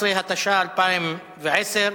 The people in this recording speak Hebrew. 18), התשע"א 2010,